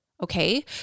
Okay